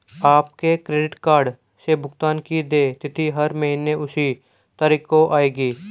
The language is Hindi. आपके क्रेडिट कार्ड से भुगतान की देय तिथि हर महीने उसी तारीख को आएगी